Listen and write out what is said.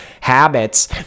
habits